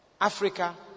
Africa